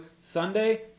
Sunday